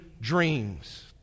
dreams